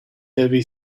heavy